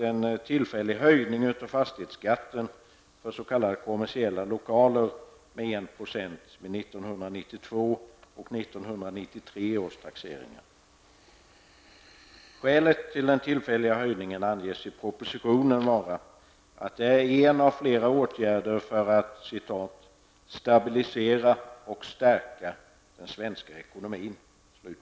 1 % vid 1992 och 1993 års taxeringar. Skälet till den tillfälliga höjningen anges i propositionen vara att det är en av flera åtgärder för att ''stabilisera och stärka den svenska ekonomin''.